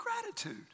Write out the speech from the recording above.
gratitude